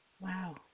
Wow